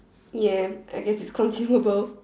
ya I guess it's consumable